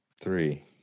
Three